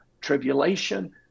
tribulation